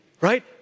right